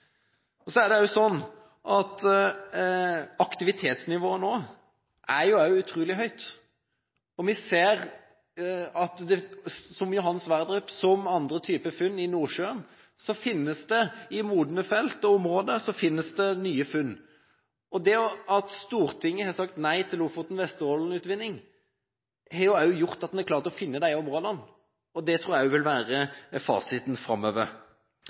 Så er det også slik at aktivitetsnivået nå er utrolig høyt. Vi ser at på Johan Sverdrup, som på andre funn i Nordsjøen, finnes det i modne felt og områder nye funn. Det at Stortinget har sagt nei til Lofoten og Vesterålen-utvinning, har gjort at en har klart å finne disse områdene. Det tror jeg også vil være fasiten framover.